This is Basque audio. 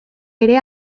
ere